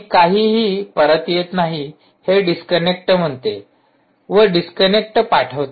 आणि काहीही परत येत नाही हे डिस्कनेक्ट म्हणते व डिस्कनेक्ट पाठवते